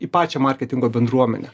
į pačią marketingo bendruomenę